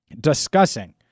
discussing